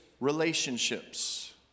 relationships